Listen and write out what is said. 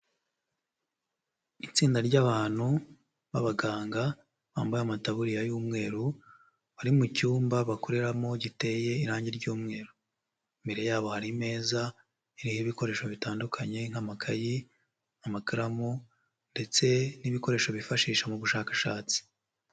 Itsinda ry'abantu b'abaganga bambaye amataburiya y'umweru bari mu cyumba bakoreramo giteye irangi ry'umweru, imbere yabo hari meza iriho ibikoresho bitandukanye nk'amakayi, amakaramu ndetse n'ibikoresho bifashisha mu bushakashatsi.